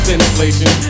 inflation